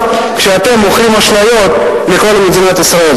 שאתם מוכרים אשליות לכל מדינת ישראל.